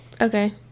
Okay